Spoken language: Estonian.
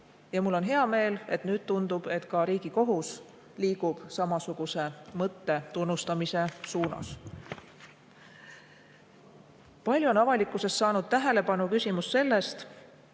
Ja mul on hea meel, et nüüd tundub, et ka Riigikohus liigub samasuguse mõtte tunnustamise suunas. Palju on avalikkuses saanud tähelepanu küsimus sellest,